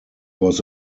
was